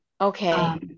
Okay